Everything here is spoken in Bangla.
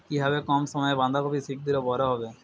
কিভাবে কম সময়ে বাঁধাকপি শিঘ্র বড় হবে?